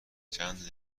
چندلر